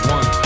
One